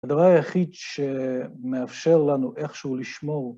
הדבר היחיד שמאפשר לנו איכשהו לשמור...